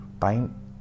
time